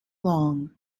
long